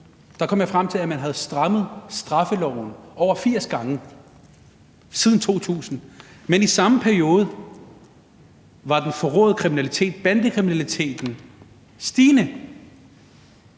kom jeg frem til, at man havde strammet straffeloven over 80 gange siden 2000, men i samme periode var den forråede kriminalitet, bandekriminaliteten, steget.